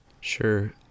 Sure